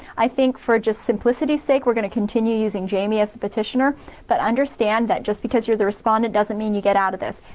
i think for just simplicity's sake, we're gonna continue using jamie as the petitioner but understand that just because you're the respondent, doesn't mean you get out of this.